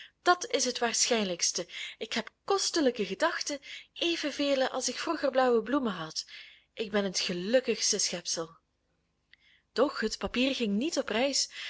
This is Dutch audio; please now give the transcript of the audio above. dat is het waarschijnlijkste ik heb kostelijke gedachten even vele als ik vroeger blauwe bloemen had ik ben het gelukkigste schepsel doch het papier ging niet op reis